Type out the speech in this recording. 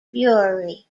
fury